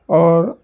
और